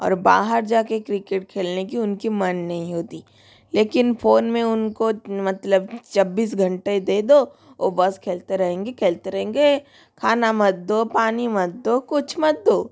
और बाहर जा के क्रिकेट खेलने का उनका मन नहीं होता लेकिन फोन में उनको मतलब चौबीस घण्टे दे दो वो बस खेलते रहेंगे खेलते रहेंगे खाना मत दो पानी मत दो कुछ मत दो